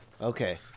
Okay